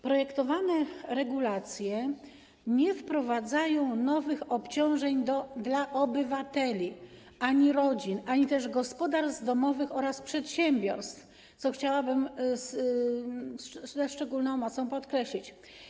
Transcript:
Projektowane regulacje nie wprowadzają nowych obciążeń dla obywateli, rodzin, gospodarstw domowych ani przedsiębiorstw, co chciałabym ze szczególną mocą podkreślić.